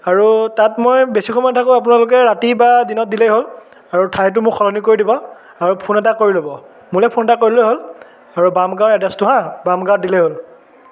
আৰু তাত মই বেছি সময় নাথাকো আপোনালোকে ৰাতি বা দিনত দিলেই হ'ল আৰু ঠাইটো মোক সলনি কৰি দিব আৰু ফোন এটা কৰি ল'ব মোৰলৈ ফোন এটা কৰি ল'লে হ'ল আৰু বামগাঁও এড্ৰেছটো হাঁ বামগাঁৱত দিলে হ'ল